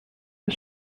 the